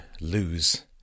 lose